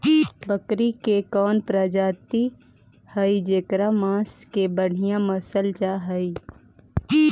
बकरी के कौन प्रजाति हई जेकर मांस के बढ़िया मानल जा हई?